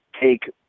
take